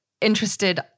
interested